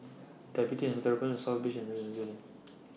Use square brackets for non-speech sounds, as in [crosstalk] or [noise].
Diabetes and Metabolism South Beach and [unintelligible] Lane